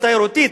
התיירותית,